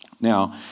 Now